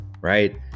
right